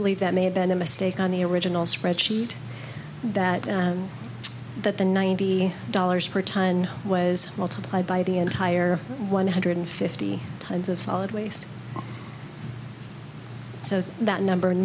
believe that may have been a mistake on the original spreadsheet that that the ninety dollars per tonne was multiplied by the entire one hundred fifty tonnes of solid waste so that number